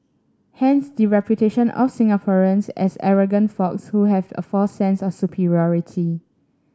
hence the reputation of Singaporeans as arrogant folks who have a false sense of superiority